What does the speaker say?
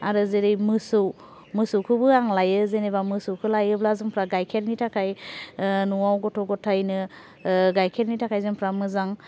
आरो जेरै मोसौ मोसौखौबो आं लायो जेनेबा मोसौखौ लायोबा जोंफ्रा गाइखेरनि थाखाय न'आव गथ' गथायनो गाइखेरनि थाखाय जोंफ्रा मोजां